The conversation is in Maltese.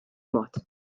mod